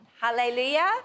Hallelujah